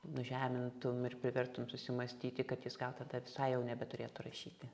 nužemintum ir privertum susimąstyti kad jis gal tada visai jau nebeturėtų rašyti